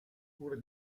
pure